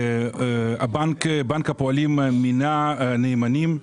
בית המשפט מינה נאמן למפעל.